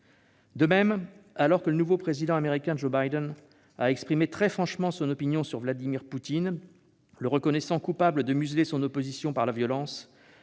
De même, alors que le nouveau président américain Joe Biden a exprimé très franchement son opinion sur Vladimir Poutine, le reconnaissant coupable de museler son opposition par la violence,